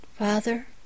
Father